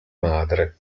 madre